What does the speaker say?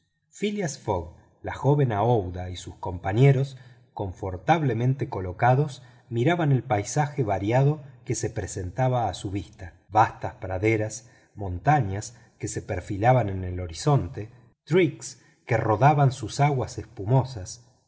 phileas fogg la joven aouida y sus compañeros confortablemente instalados miraban el paisaje variado que se presentaba a la vista vastas praderas montañas que se perfilaban en el horizonte torrentes que rodaban sus aguas espumosas